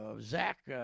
Zach